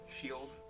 shield